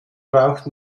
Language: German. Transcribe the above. braucht